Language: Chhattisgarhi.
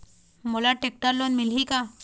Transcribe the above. मोला टेक्टर लोन मिलही का?